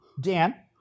Dan